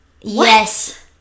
Yes